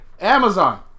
Amazon